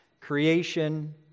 creation